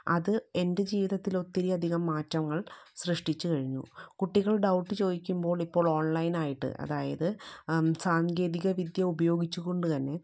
അത് എൻ്റെ ജീവിതത്തിൽ ഒത്തിരി അധികം മാറ്റങ്ങൾ സൃഷ്ട്ടിച്ചു കഴിഞ്ഞു കുട്ടികൾ ഡൌട്ട് ചോദിക്കുമ്പോൾ ഇപ്പോൾ ഓൺലൈൻ ആയിട്ട് അതായത് സാങ്കേതിക വിദ്യ ഉപയോഗിച്ചു കൊണ്ടു തന്നെ